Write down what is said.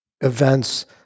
events